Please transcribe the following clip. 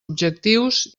objectius